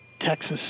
Texas